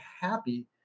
happy